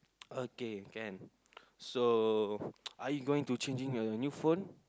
okay can so are you going to changing a new phone